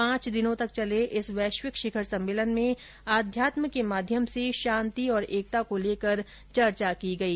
पांच दिनों तक चले इस वैश्विक शिखर सम्मेलन में आध्यात्म के माध्यम से शांति और एकता को लेकर चर्चा की गई